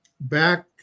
Back